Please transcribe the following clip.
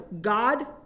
God